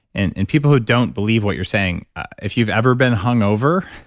and and people who don't believe what you're saying if you've ever been hungover,